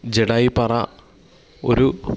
ജഡായുപ്പാറ ഒരു